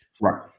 Right